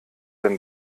denn